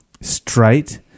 straight